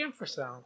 infrasound